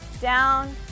Down